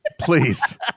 please